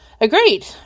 Agreed